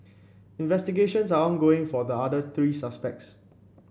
investigations are ongoing for the other three suspects